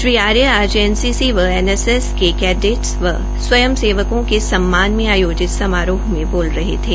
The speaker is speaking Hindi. श्री आर्य आज एनसीसी व एनएसएस के कैडेट्स व स्वयं सेवको के सम्मान में आयोजित समारोह मे बोल रहे थे